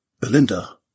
Belinda